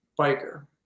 biker